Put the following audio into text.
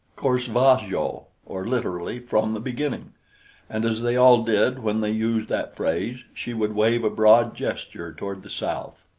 cor sva jo, or literally, from the beginning and as they all did when they used that phrase, she would wave a broad gesture toward the south.